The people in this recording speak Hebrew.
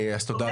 אז תודה לך.